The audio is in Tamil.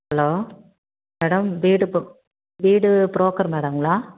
ஹலோ மேடம் வீடு வீடு புரோக்கர் மேடம்ங்களா